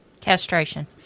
Castration